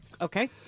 Okay